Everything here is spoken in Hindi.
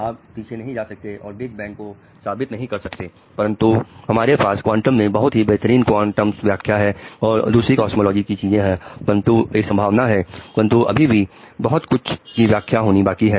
आप पीछे नहीं जा सकते और बिग बैंग को साबित नहीं कर सकते परंतु हमारे पास क्वांटम में बहुत ही बेहतरीन क्वांटम व्याख्या है और दूसरी कॉस्मोलॉजी की चीजें हैं परंतु एक संभावना है परंतु अभी भी बहुत कुछ की व्याख्या होनी बाकी है